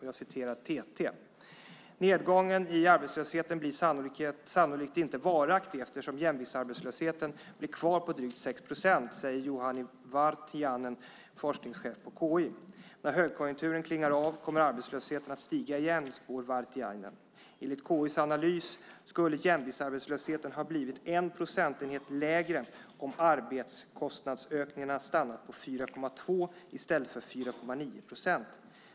Jag citerar TT: "Nedgången i arbetslösheten blir sannolikt inte varaktig eftersom jämviktsarbetslösheten blir kvar på drygt 6 procent, säger Juhana Vartiainen, forskningschef på KI. När högkonjunkturen klingar av kommer arbetslösheten att stiga igen, spår Vartiainen. Enligt KI:s analys skulle jämviktsarbetslösheten ha blivit en procentenhet lägre om arbetskostnadsökningarna stannat på 4,2 i stället för 4,9 procent.